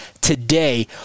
today